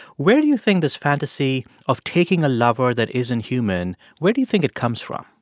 where do you think this fantasy of taking a lover that isn't human where do you think it comes from?